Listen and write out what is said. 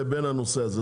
לבין הנושא הזה.